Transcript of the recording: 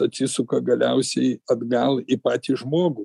atsisuka galiausiai atgal į patį žmogų